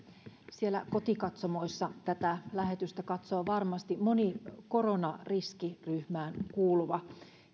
kotikatsomoissa tätä lähetystä katsoo varmasti moni koronariskiryhmään kuuluva